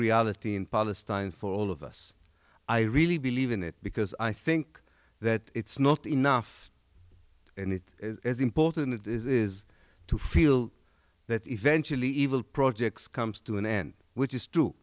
reality in palestine for all of us i really believe in it because i think that it's not enough and it is important it is to feel that eventually evil projects comes to an end which is true